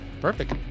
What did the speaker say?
Perfect